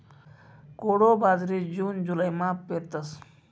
कोडो बाजरी जून जुलैमा पेरतस